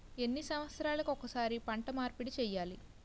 ఎన్ని సంవత్సరాలకి ఒక్కసారి పంట మార్పిడి చేయాలి?